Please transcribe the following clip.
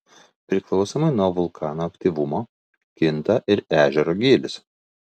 priklausomai nuo vulkano aktyvumo kinta ir ežero gylis